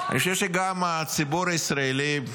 אני חושב שגם הציבור הישראלי,